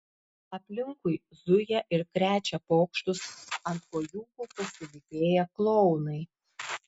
aplinkui zuja ir krečia pokštus ant kojūkų pasilypėję klounai